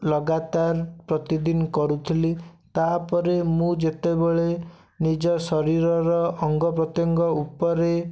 ଲଗାତାର ପ୍ରତିଦିନ କରୁଥିଲି ତାପରେ ମୁଁ ଯେତେବେଳେ ନିଜ ଶରୀରର ଅଙ୍ଗ ପ୍ରତ୍ୟଙ୍ଗ ଉପରେ